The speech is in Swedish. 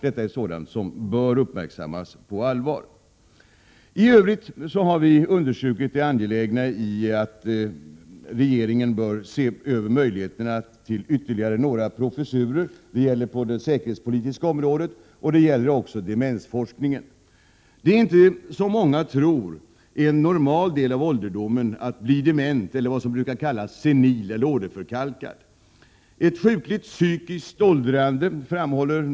Detta är sådant som bör uppmärksammas på allvar. I övrigt har vi understrukit det angelägna i att regeringen ser över möjligheterna att inrätta ytterligare några professurer. Det gäller det säkerhetspolitiska området liksom också demensforskningen. Som många tror är det inte normalt för den åldrande att bli dement, eller som det kallas ”senil” eller ”åderförkalkad”.